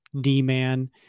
D-Man